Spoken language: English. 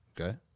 okay